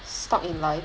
stuck in life